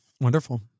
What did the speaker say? Wonderful